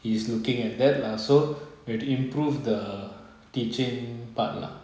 he's looking at that lah so we have to improve the teaching part lah